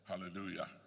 hallelujah